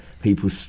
people